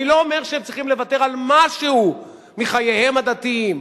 אני לא אומר שהם צריכים לוותר על משהו מחייהם הדתיים.